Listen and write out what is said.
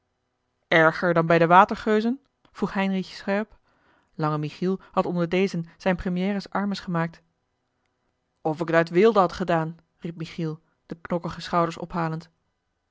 erger dan bij de watergeuzen vroeg heinrich scherp lange michiel had onder dezen zijne premières armes gemaakt of ik het uit weelde had gedaan riep michiel de knokkige schouders ophalend